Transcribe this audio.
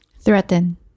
Threaten